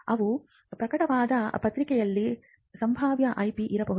ಅವು ಪ್ರಕಟವಾದ ಪತ್ರಿಕೆಗಳಲ್ಲಿ ಸಂಭಾವ್ಯ ಐಪಿ ಇರಬಹುದು